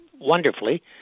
wonderfully